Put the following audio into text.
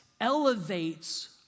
elevates